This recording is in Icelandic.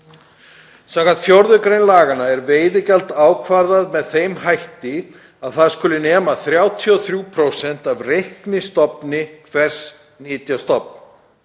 Samkvæmt 4. gr. laganna er veiðigjald ákvarðað með þeim hætti að það skuli nema 33% af reiknistofni hvers nytjastofns.